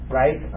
right